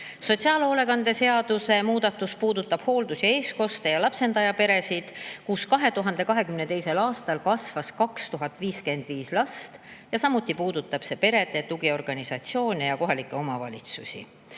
Sotsiaalhoolekande seaduse muudatus puudutab hooldus‑ ja eestkoste‑ ja lapsendajaperesid, kus 2022. aastal kasvas 2055 last, samuti puudutab see perede tugiorganisatsioone ja kohalikke omavalitsusi.